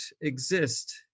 exist